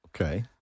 Okay